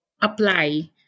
apply